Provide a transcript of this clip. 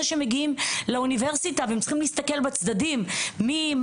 הם מגיעים לאוניברסיטה והם צריכים להסתכל בצדדים מי,